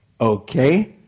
Okay